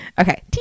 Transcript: okay